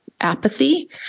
apathy